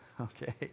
okay